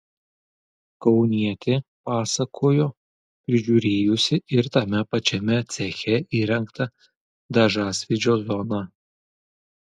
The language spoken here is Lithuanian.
kaunietė pasakojo prižiūrėjusi ir tame pačiame ceche įrengtą dažasvydžio zoną